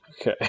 Okay